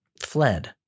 fled